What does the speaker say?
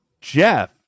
Jeff